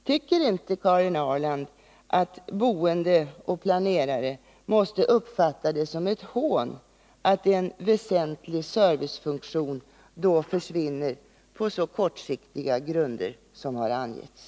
Tycker inte Karin Ahrland, att boende och planerare måste uppfatta det som ett hån att en väsentlig servicefunktion då försvinner på så kortsiktiga grunder som här har angetts?